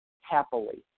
happily